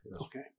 okay